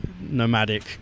nomadic